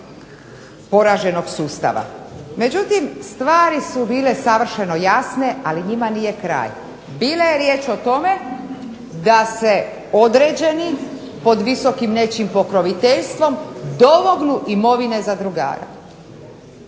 poraženog sustava. Međutim, stvari su bile savršeno jasne ali njima nije kraj. Bila je riječ o tome da se određeni pod visokim nečijim pokroviteljstvom domognu imovine zadrugara